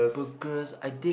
burgers I dig